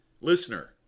Listener